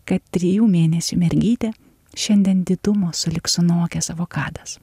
kad trijų mėnesių mergytė šiandien didumo sulig sunokęs avokadas